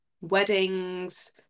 weddings